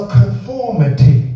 conformity